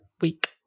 week